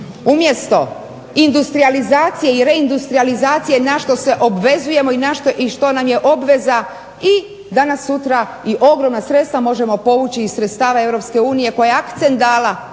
Umjesto industrijalizacije i reindustrijalizacije na što se obvezujemo i što nam je obveza i danas sutra i ogromna sredstva možemo povući iz sredstava Europske unije koja